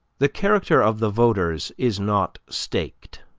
the character of the voters is not staked.